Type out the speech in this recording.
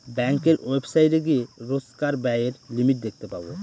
ব্যাঙ্কের ওয়েবসাইটে গিয়ে রোজকার ব্যায়ের লিমিট দেখতে পাবো